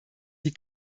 die